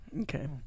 Okay